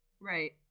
right